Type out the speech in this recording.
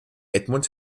edmund